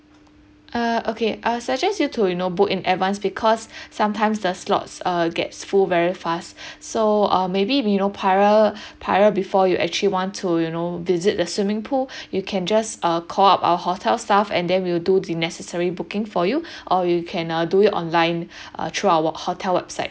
uh okay I'll suggest you to you know book in advance because sometimes the slots uh gets full very fast so uh maybe you know prior prior before you actually want to you know visit the swimming pool you can just uh call up our hotel staff and they will do the necessary booking for you or you can uh do it online uh through our hotel website